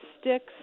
sticks